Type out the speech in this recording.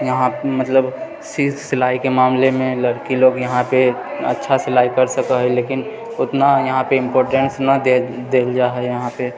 यहाँ मतलब सिलाइके मामलेमे लड़की लोग यहाँपे अच्छा सिलाइ कर सकए है लेकिन उतना यहाँपे इम्पोर्टेन्स नहि दे देल जाए है यहाँपे